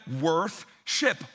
worth-ship